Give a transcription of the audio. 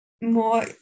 more